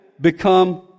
become